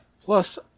Plus